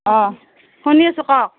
অঁ শুনি আছোঁ কওক